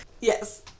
Yes